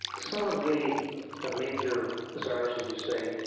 some of the ah major czars as you say,